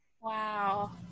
Wow